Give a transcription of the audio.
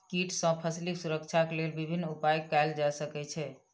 कीट सॅ फसीलक सुरक्षाक लेल विभिन्न उपाय कयल जा सकै छै